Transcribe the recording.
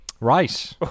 right